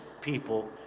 people